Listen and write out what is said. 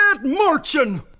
marching